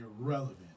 irrelevant